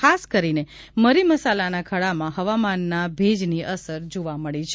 ખાસ કરીને મરી મસાલાના ખળામાં હવામાનના ભેજની અસર જોવા મળી છે